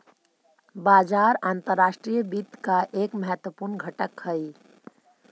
बाजार अंतर्राष्ट्रीय वित्त का एक महत्वपूर्ण घटक हई